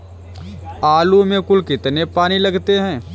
आलू में कुल कितने पानी लगते हैं?